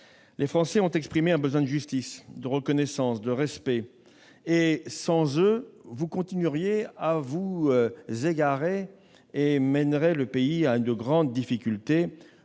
Les Français ont exprimé un besoin de justice, de reconnaissance, de respect. Sans eux, vous continueriez à vous égarer et mèneriez le pays à de grandes difficultés,